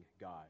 God